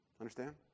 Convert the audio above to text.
Understand